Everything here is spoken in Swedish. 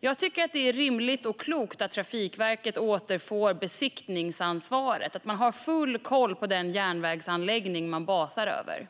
Jag tycker att det är rimligt och klokt att Trafikverket återfår besiktningsansvaret och att man har full koll på den järnvägsanläggning som man basar över.